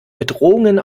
bedrohungen